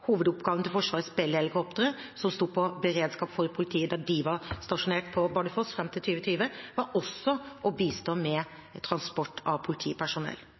Hovedoppgaven til Forsvarets Bell-helikoptre som sto på beredskap for politiet da de var stasjonert på Bardufoss fram til 2020, var også å bistå med transport av politipersonell.